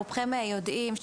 רובכם יודעים,